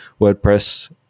WordPress